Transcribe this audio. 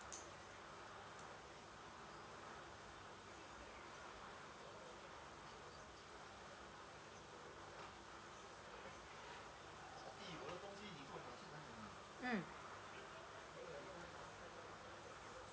mm